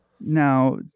Now